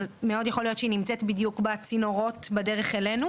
אבל מאוד יכול להיות שהיא נמצאת בדיוק בצינורות בדרך אלינו.